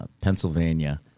Pennsylvania